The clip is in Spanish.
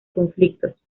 conflictos